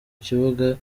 kibuga